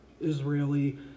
Israeli